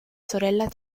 sorella